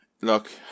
Look